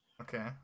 Okay